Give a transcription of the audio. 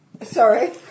Sorry